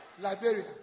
Liberia